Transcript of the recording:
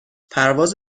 پرواز